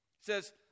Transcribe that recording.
says